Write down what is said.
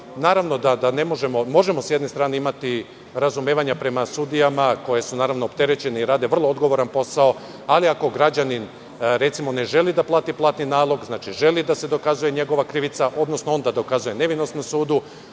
Naravno da možemo sa jedne strane imati razumevanja prema sudijama koje su opterećene i rade vrlo odgovoran posao, ali, ako građanin recimo ne želi da plati platni nalog, znači želi da se dokazuje njegova krivica, odnosno on da dokazuje nevinost na sudu,